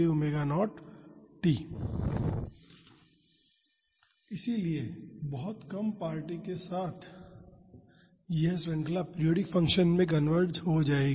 p इसलिए बहुत कम पदों के साथ यह श्रृंखला पीरियाडिक फ़ंक्शन में कनवर्ज हो जाएगी